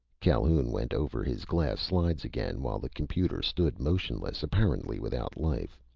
calhoun went over his glass slides again while the computer stood motionless, apparently without life.